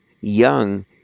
young